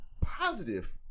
positive